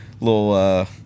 little